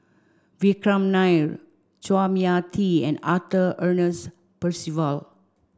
Vikram Nair Chua Mia Tee and Arthur Ernest Percival